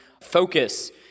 focus